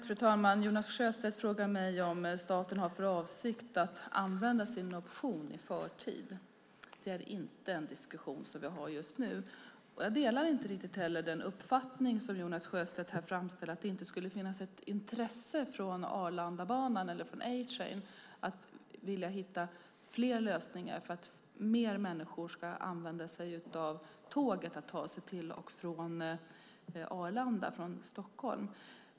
Fru talman! Jonas Sjöstedt frågar mig om staten har för avsikt att använda sin option i förtid. Det är inte en diskussion som vi har just nu. Jag delar inte den uppfattning som Jonas Sjöstedt här framför att det inte skulle finnas ett intresse från Arlandabanan eller A-Train att vilja hitta fler lösningar så att mer människor använder tåget för att ta sig till Arlanda från Stockholm.